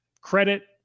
credit